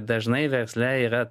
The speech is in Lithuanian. dažnai versle yra